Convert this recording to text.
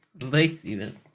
laziness